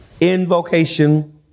Invocation